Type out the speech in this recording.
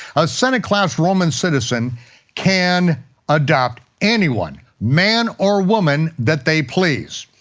a senate-class roman citizen can adopt anyone, man or woman, that they please.